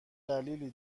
دلیلی